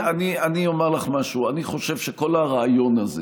תראי, אני אומר לך משהו: אני חושב שכל הרעיון הזה